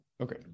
Okay